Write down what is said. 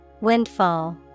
Windfall